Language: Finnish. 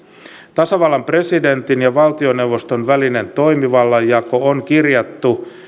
tasavallan presidentin ja valtioneuvoston välinen toimivallanjako on kirjattu